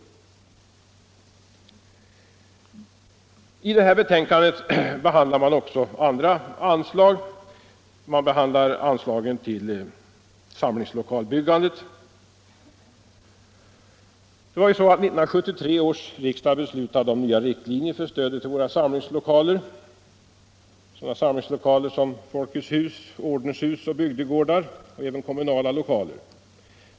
I betänkandet behandlar man även andra anslag, bl.a. de till samlingslokalsbyggandet, 1973 års riksdag beslutade om nya riktlinjer för stö det till våra samlingslokaler. Det gällde sådana samlingslokaler som Folkets hus, ordenshus, bygdegårdar och kommunala lokaler.